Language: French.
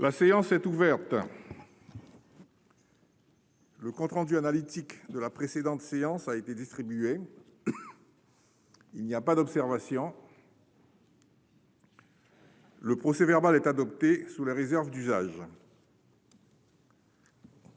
La séance est ouverte. Le compte rendu analytique de la précédente séance a été distribué, il n'y a pas d'observation. Le procès verbal est adopté sous les réserves d'usage.